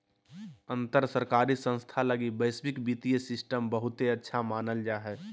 अंतर सरकारी संस्थान लगी वैश्विक वित्तीय सिस्टम बहुते अच्छा मानल जा हय